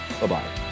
Bye-bye